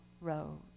road